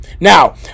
Now